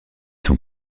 son